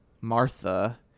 Martha